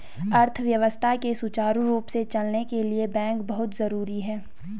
अर्थव्यवस्था के सुचारु रूप से चलने के लिए बैंक बहुत जरुरी हैं